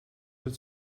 het